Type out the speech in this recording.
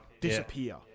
disappear